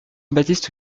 baptiste